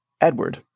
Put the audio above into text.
Edward